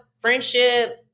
friendship